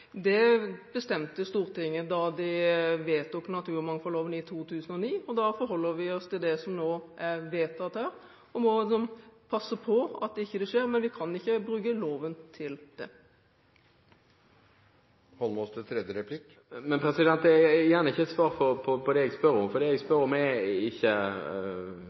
ut bestemte treslag. Det bestemte Stortinget da de vedtok naturmangfoldloven i 2009, og da forholder vi oss til det som nå er vedtatt der. Vi må passe på at det ikke skjer, men vi kan ikke bruke loven til det. Det er igjen ikke et svar på det jeg spør om. Jeg skjønner at vi ikke